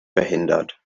verhindert